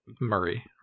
Murray